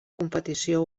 competició